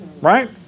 right